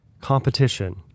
competition